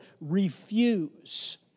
refuse